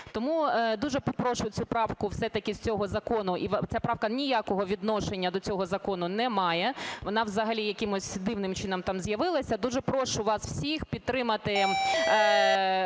Тому дуже попрошу цю правку все-таки з цього закону і ця правка ніякого відношення до цього закону не має. Вона взагалі якимось дивним чином там з'явилася. Дуже прошу вас всіх підтримати